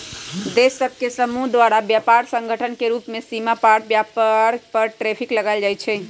देश सभ के समूह द्वारा व्यापार संगठन के रूप में सीमा पार व्यापार पर टैरिफ लगायल जाइ छइ